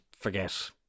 forget